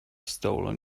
stolen